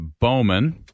Bowman